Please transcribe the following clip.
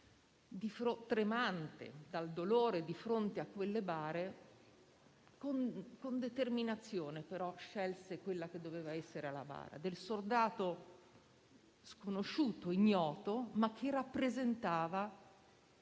tremante dal dolore di fronte a quelle bare ma con determinazione scelse quella che doveva essere la bara del soldato sconosciuto, ignoto, ma che rappresentava